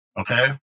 Okay